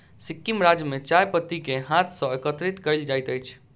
सिक्किम राज्य में चाय पत्ती के हाथ सॅ एकत्रित कयल जाइत अछि